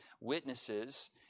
witnesses